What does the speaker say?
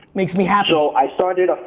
makes me happy. so i started,